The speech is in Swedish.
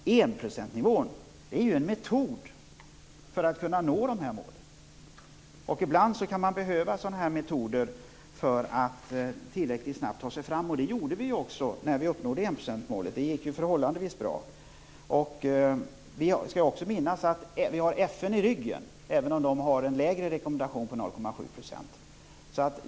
Men enprocentsnivån är ju en metod för att kunna nå dessa mål. Ibland kan man behöva sådana metoder för att tillräckligt snabbt ta sig fram. Det gjorde vi också när vi uppnådde enprocentsmålet. Det gick ju förhållandevis bra. Vi skall också minnas att vi har FN i ryggen, även om FN har en lägre rekommendation på 0,7 %.